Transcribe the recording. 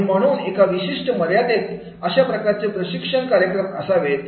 आणि म्हणून एका विशिष्ट मर्यादेपर्यंत अशा प्रकारचे प्रशिक्षण कार्यक्रम असावेत